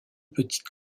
petite